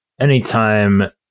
anytime